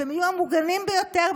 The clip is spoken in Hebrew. שהם יהיו המוגנים ביותר,